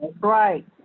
Right